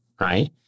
right